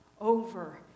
Over